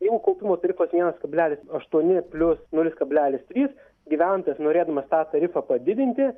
jeigu kaupimo tarifas vienas kablelis aštuoni plius nulis kablelis trys gyventojas norėdamas tą tarifą padidinti